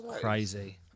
crazy